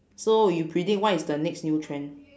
so you predict what is the next new trend